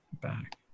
back